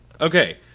Okay